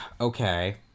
Okay